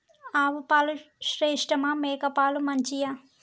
ఆవు పాలు శ్రేష్టమా మేక పాలు మంచియా?